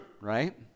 Right